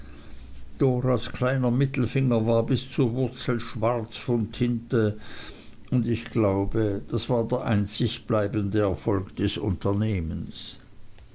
kleiner mittelfinger war bis zur wurzel schwarz von tinte und ich glaube das war der einzig bleibende erfolg des unternehmens